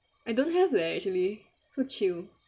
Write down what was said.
I don't have leh actually so chill